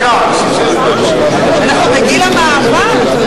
אנחנו בגיל המעבר.